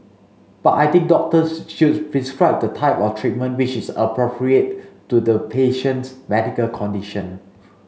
but I think doctors should prescribe the type of treatment which is appropriate to the patient's medical condition